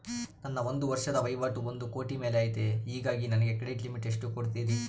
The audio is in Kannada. ನನ್ನ ಒಂದು ವರ್ಷದ ವಹಿವಾಟು ಒಂದು ಕೋಟಿ ಮೇಲೆ ಐತೆ ಹೇಗಾಗಿ ನನಗೆ ಕ್ರೆಡಿಟ್ ಲಿಮಿಟ್ ಎಷ್ಟು ಕೊಡ್ತೇರಿ?